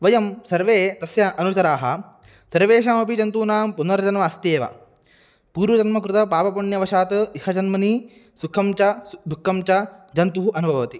वयं सर्वे तस्य अनुचराः सर्वेषामपि जन्तूनां पुनर्जन्म अस्ति एव पूर्वजन्मकृतपापपुण्यवशात् इह जन्मनि सुखं च सः दुःखं च जन्तुः अनुभवति